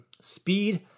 Speed